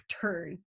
turn